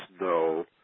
no